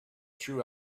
true